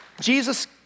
Jesus